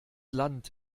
land